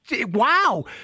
Wow